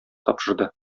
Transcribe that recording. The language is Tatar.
тапшырды